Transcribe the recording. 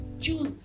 choose